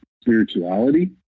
spirituality